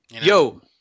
Yo